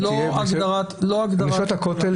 נשות הכותל,